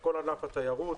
כל ענף התיירות,